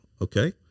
okay